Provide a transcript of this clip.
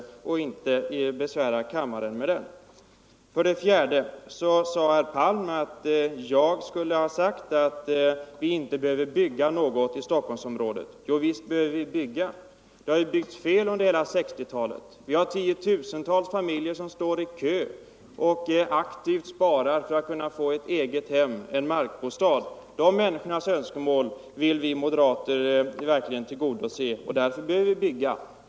Den behöver vi ju inte besvära denna kammare med. För det fjärde påstod herr Palm att jag skulle ha sagt att vi inte behöver bygga något i Stockholmsområdet. Jo visst behöver vi bygga. Det har ju byggts fel under hela 1960-talet. Nu har vi tiotusentals familjer som står i kö och sparar för att kunna skaffa sig ett egethem, en markbostad. De människornas önskemål vill vi moderater försöka tillgodose och därför behöver vi bygga.